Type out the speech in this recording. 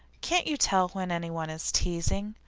can't you tell when any one is teasing?